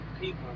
people